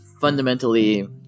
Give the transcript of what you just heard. fundamentally